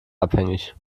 abhängig